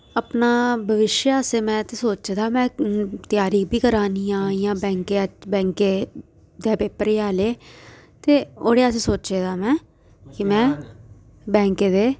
अपना भविष्य आस्तै मै ते सोचे दा मै त्यारी बी करै नी आं जियां बैंका बैंके दे पेपर आह्ले ते ओह्डे आस्तै सोचे दा मै कि मै बैंकें दे